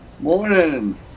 Morning